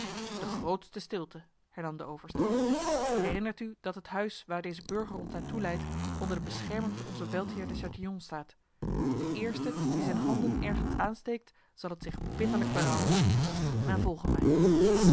de grootste stilte hernam de overste herinnert u dat het huis waar deze burger ons naar toe leidt onder de bescherming van onze veldheer de chatillon staat de eerste die zijn handen ergens aansteekt zal het zich bitterlijk berouwen men volge mij